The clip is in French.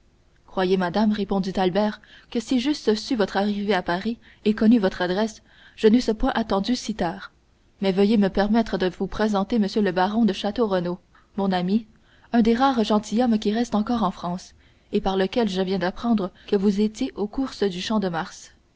croyez madame répondit albert que si j'eusse su votre arrivée à paris et connu votre adresse je n'eusse point attendu si tard mais veuillez me permettre de vous présenter m le baron de château renaud mon ami un des rares gentilshommes qui restent encore en france et par lequel je viens d'apprendre que vous étiez aux courses du champ-de-mars